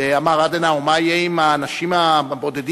ואמר אדנאואר: מה יהיה עם האנשים הבודדים?